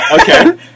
okay